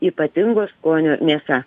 ypatingo skonio mėsa